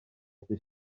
dydd